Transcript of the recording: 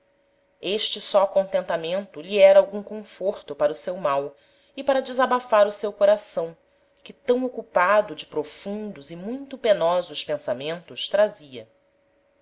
este só contentamento lhe era algum conforto para o seu mal e para desabafar o seu coração que tam ocupado de profundos e muito penosos pensamentos trazia